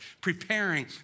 preparing